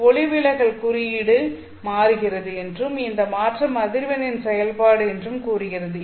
எனவே ஒளிவிலகல் குறியீடு மாறுகிறது என்றும் இந்த மாற்றம் அதிர்வெண்ணின் செயல்பாடு என்றும் கூறுகிறது